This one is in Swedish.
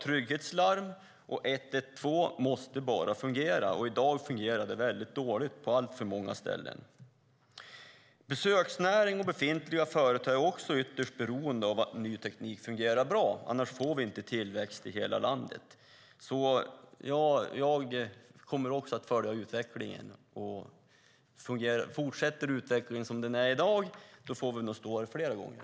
Trygghetslarm och 112 måste bara fungera. I dag fungerar det väldigt dåligt på alltför många ställen. Besöksnäringen och befintliga företag är ytterst beroende av att ny teknik fungerar bra; annars får vi inte tillväxt i hela landet. Jag kommer att följa utvecklingen. Fortsätter utvecklingen som i dag får vi nog stå här och debattera flera gånger.